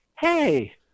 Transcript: hey